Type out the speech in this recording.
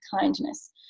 kindness